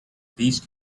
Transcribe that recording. these